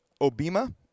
Obima